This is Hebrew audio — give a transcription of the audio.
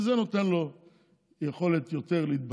כי זה נותן לו יותר יכולת להתבטא,